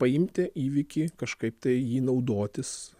paimti įvykį kažkaip tai jį naudotis